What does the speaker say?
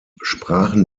sprachen